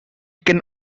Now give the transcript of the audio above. can